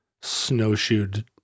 snowshoed